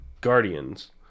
Guardians